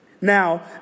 Now